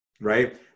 Right